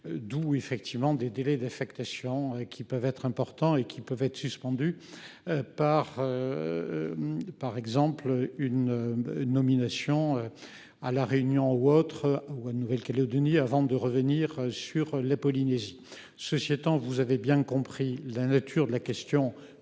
D'où effectivement des délais d'affectation qui peuvent être importants et qui peuvent être suspendu. Par. Par exemple une nomination. À la Réunion ou autre, ou à une nouvelle Calédonie avant de revenir sur la Polynésie. Ceci étant, vous avez bien compris la nature de la question posée